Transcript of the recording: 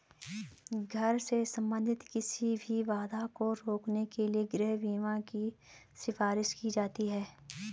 घर से संबंधित किसी भी बाधा को रोकने के लिए गृह बीमा की सिफारिश की जाती हैं